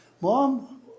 Mom